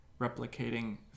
replicating